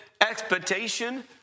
expectation